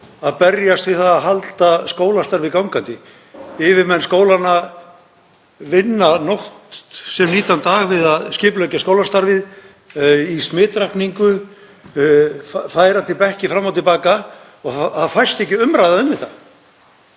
að berjast við að halda skólastarfi gangandi. Yfirmenn skólanna vinna nótt sem nýtan dag við að skipuleggja skólastarfið í smitrakningu, færandi bekki fram og til baka og það fæst ekki umræða um þetta.